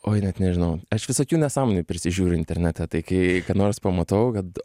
oi net nežinau aš visokių nesąmonių prisižiūriu internete tai kai nors pamatau kad